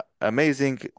amazing